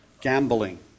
gambling